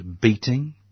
beating